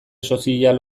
sozial